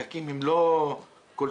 פרויקט לאומי חשוב מאוד,